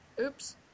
Oops